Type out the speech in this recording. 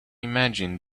imagine